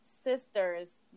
sisters